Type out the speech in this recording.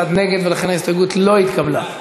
41 תומכים, 28 מתנגדים, אני מתנצל.